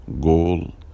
Goal